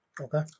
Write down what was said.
Okay